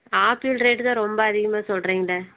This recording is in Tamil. ஆப்பிள் ரேட்டு தான் ரொம்ப அதிகமாக சொல்றீங்களே